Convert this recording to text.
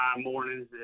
mornings